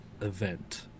event